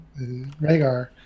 Rhaegar